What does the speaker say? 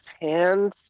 hands